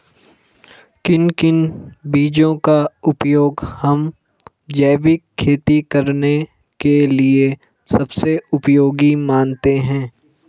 किन किन बीजों का उपयोग हम जैविक खेती करने के लिए सबसे उपयोगी मानते हैं?